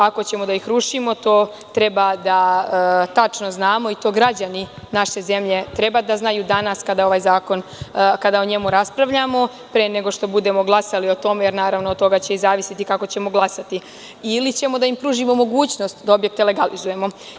Ako ćemo da ih rušimo, to treba da tačno znamo i to građani naše zemlje treba da znaju danas kada raspravljamo o ovom zakonu, pre nego što budemo glasali o tome, jer od toga će i zavisiti kako ćemo glasati, ili ćemo da im pružimo mogućnost da objekte legalizujemo.